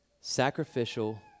sacrificial